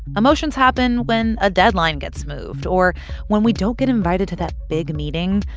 emotions happen when a deadline gets moved or when we don't get invited to that big meeting.